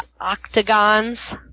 octagons